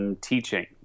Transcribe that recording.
teaching